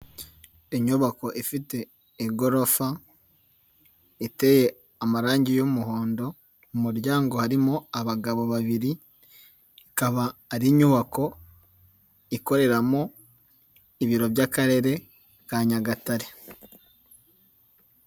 Inyubako ifite igorofa, iteye amarangi y'umuhondo, mu muryango harimo abagabo babiri, ikaba ari inyubako ikoreramo, ibiro by'akarere ka Nyagatare.